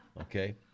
okay